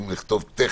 אם לכתוב טכני,